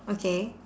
okay